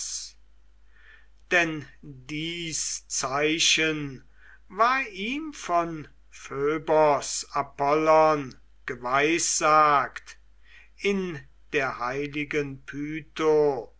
denn dies zeichen war ihm von phöbos apollon geweissagt in der heiligen